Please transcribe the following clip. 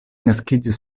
naskiĝis